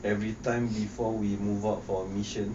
everytime before we move out for a mission